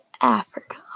Africa